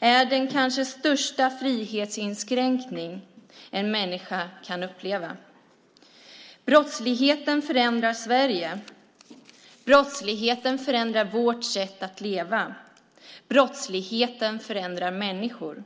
är den kanske största frihetsinskränkning en människa kan uppleva. Brottsligheten förändrar Sverige. Brottsligheten förändrar vårt sätt att leva. Brottsligheten förändrar människor.